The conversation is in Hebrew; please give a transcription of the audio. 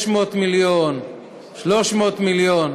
500 מיליון, 300 מיליון.